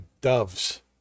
Dove's